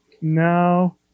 No